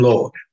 Lord